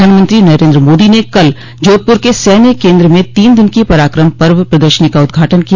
प्रधानमंत्री नरेन्द्र मोदी ने कल जोधपुर के सैन्य केन्द्र में तीन दिन की पराक्रम पर्व प्रदर्शनी का उद्घाटन किया